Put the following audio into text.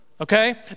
Okay